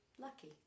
lucky